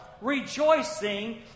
rejoicing